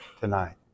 tonight